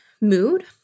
mood